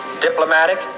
diplomatic